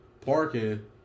parking